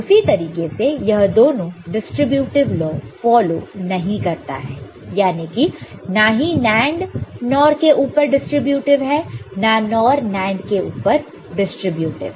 उसी तरीके से यह दोनों डिस्ट्रीब्यूटीव लॉ फॉलॉ नहीं करता है यानी कि नाही NAND NOR के ऊपर डिस्ट्रीब्यूटीव है ना NOR NAND के ऊपर डिस्ट्रीब्यूटीव है